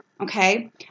Okay